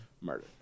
murder